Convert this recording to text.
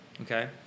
okay